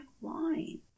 wine